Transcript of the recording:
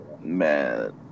Man